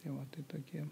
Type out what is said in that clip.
tai va tai tokie